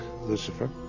Lucifer